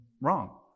wrong